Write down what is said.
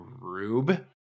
rube